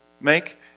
make